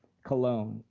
colon,